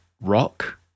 rock